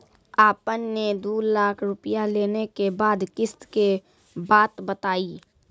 आपन ने दू लाख रुपिया लेने के बाद किस्त के बात बतायी?